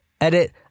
Edit